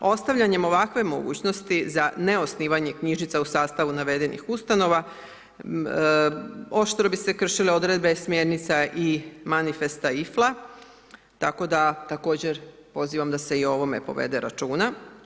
Ostavljanjem ovakve mogućnosti za neosnivanje knjižnica u sastavu navedenih ustanova oštro bi se kršile odredbe smjernica i manifesta IFLA, tako da također pozivam da se i o ovome povede računa.